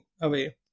away